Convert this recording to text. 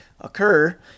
occur